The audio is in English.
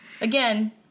Again